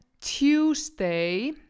Tuesday